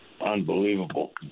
unbelievable